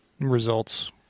results